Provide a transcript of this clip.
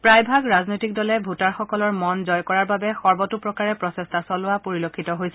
প্ৰায়ভাগ ৰাজনৈতিক দলে ভোটাৰসকলৰ মন জয় কৰাৰ বাবে সৰ্বতোপ্ৰকাৰে প্ৰঢেষ্টা চলোৱা পৰিলক্ষিত হৈছে